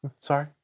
Sorry